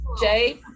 jay